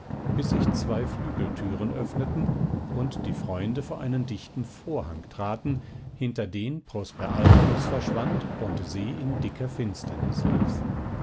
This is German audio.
bis sich zwei flügeltüren öffneten und die freunde vor einen dichten vorhang traten hinter den prosper alpanus verschwand und sie in dicker finsternis ließ